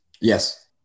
Yes